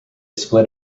split